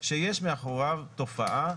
שיש מאחוריו תופעה.